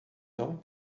tão